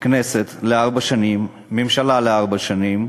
כנסת לארבע שנים, ממשלה לארבע שנים,